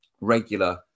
regular